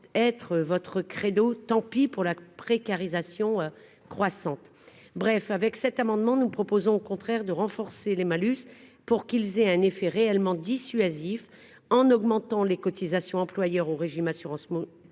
votre credo, et tant pis pour la précarisation croissante ! Par cet amendement, nous proposons au contraire de renforcer les malus pour qu'ils aient un effet réellement dissuasif, en augmentant les cotisations versées par l'employeur au régime d'assurance chômage